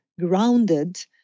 grounded